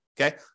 Okay